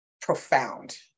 profound